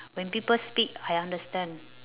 when people speak I understand